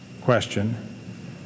question